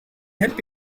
help